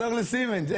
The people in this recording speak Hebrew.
אני